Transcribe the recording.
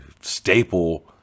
staple